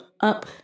up